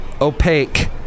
opaque